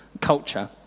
culture